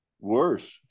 Worse